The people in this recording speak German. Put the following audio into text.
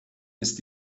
ist